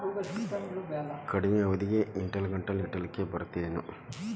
ಕಡಮಿ ಅವಧಿಗೆ ಇಡಿಗಂಟನ್ನು ಇಡಲಿಕ್ಕೆ ಬರತೈತೇನ್ರೇ?